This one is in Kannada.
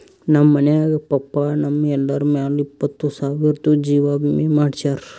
ನಮ್ ಮನ್ಯಾಗ ಪಪ್ಪಾ ನಮ್ ಎಲ್ಲರ ಮ್ಯಾಲ ಇಪ್ಪತ್ತು ಸಾವಿರ್ದು ಜೀವಾ ವಿಮೆ ಮಾಡ್ಸ್ಯಾರ